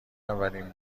اولین